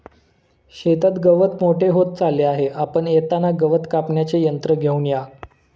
शेतात गवत मोठे होत चालले आहे, आपण येताना गवत कापण्याचे यंत्र घेऊन या